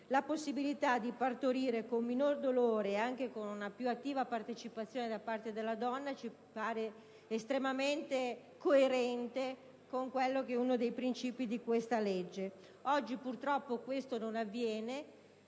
la possibilità di partorire con minore dolore e con una più attiva partecipazione da parte della donna ci pare estremamente coerente con uno dei principi del provvedimento in esame; oggi purtroppo questo non avviene.